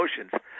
emotions